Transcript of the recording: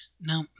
Now